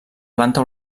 planta